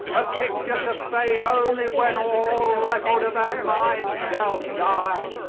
a picture to fade only when all record of our mind shall die.